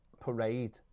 parade